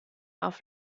auf